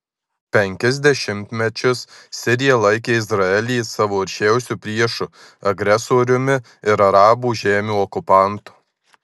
penkis dešimtmečius sirija laikė izraelį savo aršiausiu priešu agresoriumi ir arabų žemių okupantu